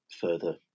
further